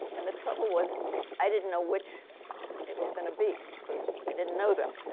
and the trouble was i didn't know which it was going to be because i didn't know them.